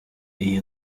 iyi